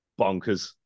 bonkers